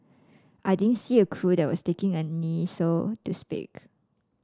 I didn't see a crew that was taking a knee so to speak